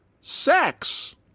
sex